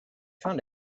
found